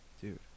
Dude